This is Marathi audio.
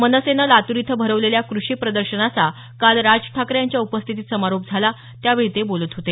मनसेनं लातूर इथं भरवलेल्या कृषी प्रदर्शनाचा काल राज ठाकरे यांच्या उपस्थितीत समारोप झाला त्यावेळी ते बोलत होते